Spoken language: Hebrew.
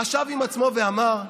חשב עם עצמו ואמר: